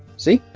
see?